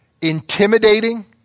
intimidating